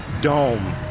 dome